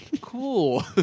cool